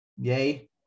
Yay